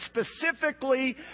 specifically